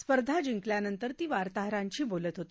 स्पर्धा जिंकल्यानतंर ती वार्ताहरांशी बोलत होती